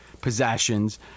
possessions